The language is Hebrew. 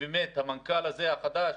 ובאמת המנכ"ל הזה החדש,